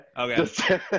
Okay